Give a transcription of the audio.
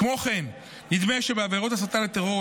כמו כן נדמה שבעבירות הסתה לטרור,